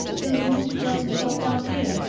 he'll use it to drag himself down here,